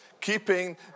keeping